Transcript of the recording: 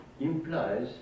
implies